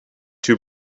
two